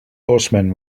horsemen